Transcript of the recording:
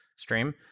Stream